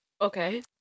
Okay